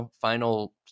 final